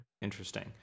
Interesting